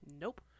Nope